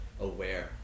aware